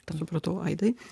supratau aidai